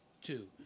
Two